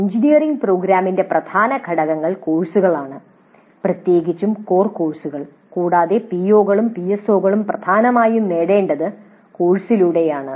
ഒരു എഞ്ചിനീയറിംഗ് പ്രോഗ്രാമിന്റെ പ്രധാന ഘടകങ്ങൾ കോഴ്സുകളാണ് പ്രത്യേകിച്ചും കോർ കോഴ്സുകൾ കൂടാതെ പിഒകളും പിഎസ്ഒകളും പ്രധാനമായും നേടേണ്ടത് കോഴ്സുകളിലൂടെയാണ്